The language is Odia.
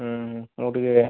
ହୁଁ ମୁଁ ଟିକିଏ